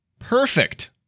Perfect